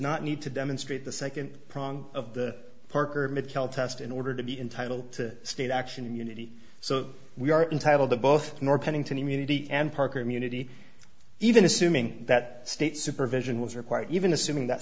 not need to demonstrate the second prong of the parker matel test in order to be entitled to state action immunity so we are entitled to both nor pennington immunity and parker immunity even assuming that state supervision was required even assuming that